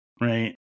Right